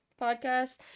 podcast